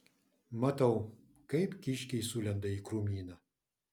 matau kaip kiškiai sulenda į krūmyną